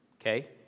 okay